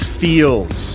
feels